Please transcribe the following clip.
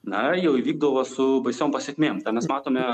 na jau įvykdavo su baisiom pasekmėm tą mes matome